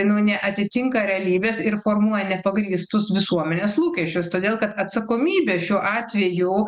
nu neatitinka realybės ir formuoja nepagrįstus visuomenės lūkesčius todėl kad atsakomybė šiuo atveju